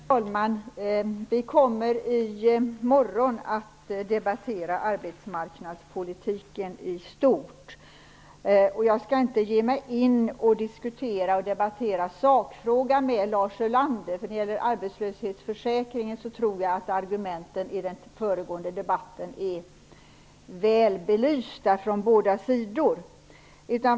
Herr talman! Vi kommer i morgon att debattera arbetsmarknadspolitiken i stort. Jag skall inte ge mig in på att diskutera sakfrågan med Lars Ulander. När det gäller arbetslöshetsförsäkringen tror jag att argumenten i den föregående debatten är väl belysta från båda sidor.